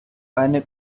eine